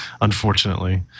unfortunately